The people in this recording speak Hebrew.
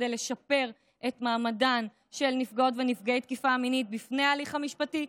כדי לשפר את מעמדן של נפגעות ונפגעי תקיפה מינית בהליך המשפטי.